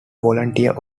volunteer